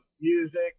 music